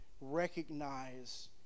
recognize